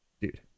dude